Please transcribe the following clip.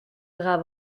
bras